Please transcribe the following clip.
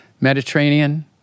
Mediterranean